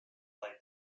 like